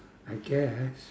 I guess